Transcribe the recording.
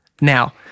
now